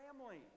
family